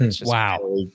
Wow